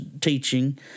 teaching